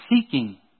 seeking